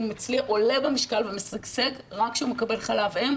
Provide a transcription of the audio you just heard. הוא עולה במשקל ומשגשג רק כשהוא מקבל חלב אם,